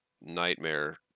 nightmare